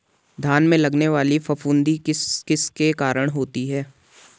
धान में लगने वाली फफूंदी किस किस के कारण होती है?